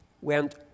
went